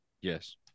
Yes